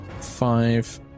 five